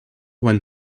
one